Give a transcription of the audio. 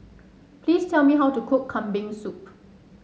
please tell me how to cook Kambing Soup